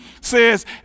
says